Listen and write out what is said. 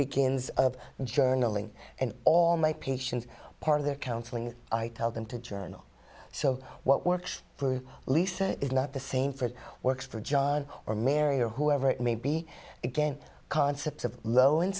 begins of journaling and all my patients part of their counseling i tell them to journal so what works for lisa is not the same for works for john or mary or whoever it may be again concepts of low